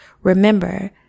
Remember